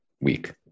week